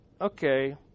okay